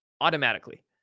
automatically